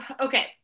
okay